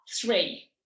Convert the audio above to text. three